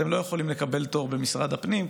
הם לא יכולים לקבל תור במשרד הפנים,